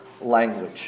language